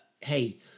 hey